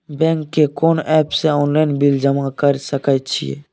Bank के कोन app से ऑनलाइन बिल जमा कर सके छिए?